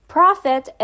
Profit